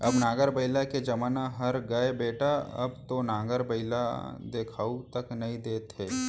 अब नांगर बइला के जमाना हर गय बेटा अब तो नांगर बइला देखाउ तक नइ देत हे